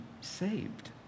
Saved